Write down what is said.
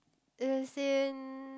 as in